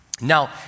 Now